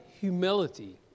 humility